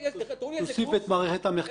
תוסיף את מערכת המרכבה.